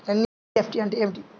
NEFT అంటే ఏమిటి?